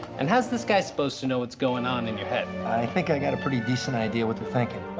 and how's this guys supposed to know what's going on in your head? i think i got a pretty decent idea what they're thinking.